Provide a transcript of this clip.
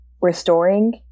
restoring